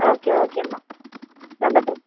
okay ஓகேம்மா ரொம்ப thanks